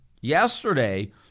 yesterday